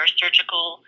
surgical